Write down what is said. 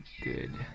good